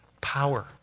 power